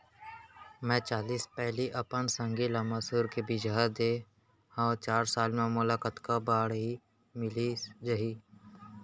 मैं चालीस पैली अपन संगी ल मसूर के बीजहा दे हव चार साल म मोला कतका बाड़ही मिलिस जाही?